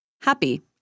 happy